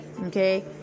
okay